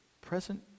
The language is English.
Present